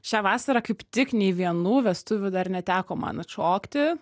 šią vasarą kaip tik nei vienų vestuvių dar neteko man atšokti